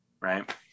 right